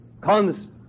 Comes